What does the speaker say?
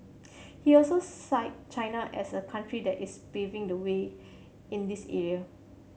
he also cite China as a country that is paving the way in this area